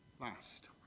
last